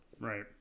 right